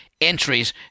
entries